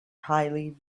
highly